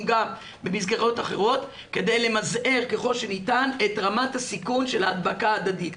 גם במסגרות אחרות כדי למזער ככל שניתן את רמת הסיכון של ההדבקה ההדדית.